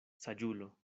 saĝulo